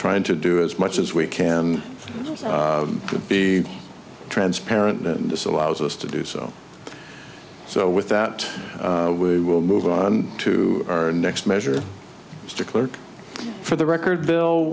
trying to do as much as we can be transparent this allows us to do so so with that we will move on to our next measure strickler for the record bill